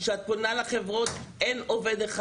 כשאת פונה לחברות אין עובד אחד.